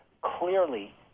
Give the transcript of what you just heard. Clearly